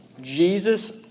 Jesus